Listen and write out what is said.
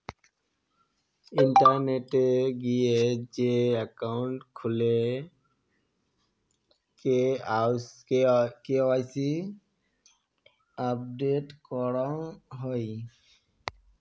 ইন্টারনেটে গিয়ে যে একাউন্ট খুলে কে.ওয়াই.সি আপডেট করাং হই